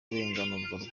kurenganurwa